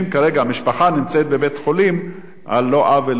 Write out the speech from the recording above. משפחה נמצאת בבית-חולים על לא עוול בכפה.